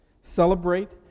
Celebrate